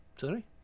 Sorry